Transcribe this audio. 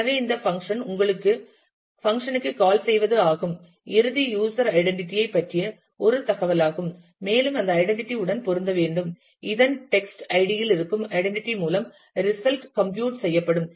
எனவே இந்த பங்க்ஷன் உங்களுக்கு பங்க்ஷன் க்கு கால் செய்வது ஆகும் இறுதி யூஸர் ஐடென்டிட்டி ஐ பற்றிய ஒரு தகவலாகும் மேலும் அந்த ஐடென்டிட்டி உடன் பொருந்த வேண்டும் இதன் டெக்ஸ்ட் ஐடியில் இருக்கும் ஐடென்டிட்டி மூலம் ரிசல்ட் கம்ப்யூட் செய்யப்படும்